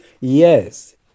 Yes